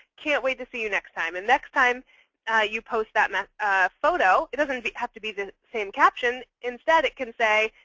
can't wait to see you next time. and next time you post that photo, it doesn't have to be the same caption. instead it can say,